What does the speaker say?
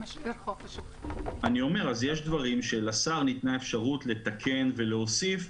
יש דברים שבהם לשר ניתנה אפשרות לתקן ולהוסיף,